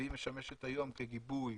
והיא משמשת היום כגיבוי